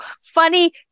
funny